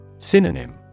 Synonym